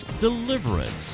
deliverance